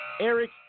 Eric